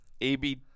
A-B